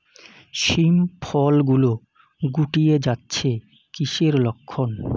শিম ফল গুলো গুটিয়ে যাচ্ছে কিসের লক্ষন?